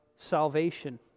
salvation